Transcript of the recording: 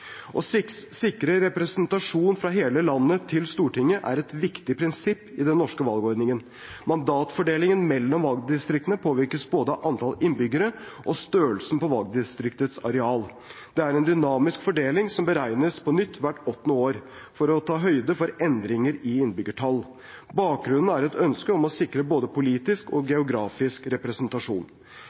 Å sikre representasjon fra hele landet til Stortinget er et viktig prinsipp i den norske valgordningen. Mandatfordelingen mellom valgdistriktene påvirkes både av antall innbyggere og størrelsen på valgdistriktets areal. Det er en dynamisk fordeling som beregnes på nytt hvert åttende år for å ta høyde for endringer i innbyggertall. Bakgrunnen er et ønske om å sikre både politisk og geografisk representasjon.